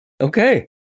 okay